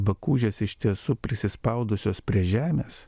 bakūžės iš tiesų prisispaudusios prie žemės